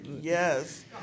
Yes